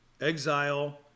Exile